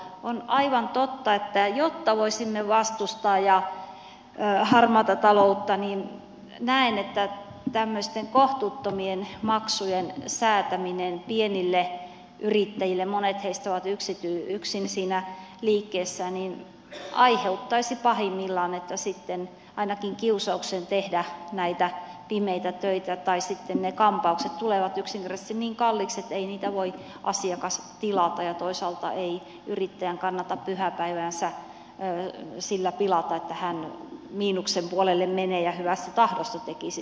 on aivan totta että jotta voisimme vastustaa harmaata taloutta näen että tämmöisten kohtuuttomien maksujen säätäminen pienille yrittäjille monet heistä ovat yksin siinä liikkeessään aiheuttaisi pahimmillaan ainakin kiusauksen tehdä näitä pimeitä töitä tai sitten ne kampaukset tulevat yksinkertaisesti niin kalliiksi että ei niitä voi asiakas tilata ja toisaalta ei yrittäjän kannata pyhäpäiväänsä sillä pilata että hän miinuksen puolelle menee ja hyvästä tahdosta tekisi sitten töitä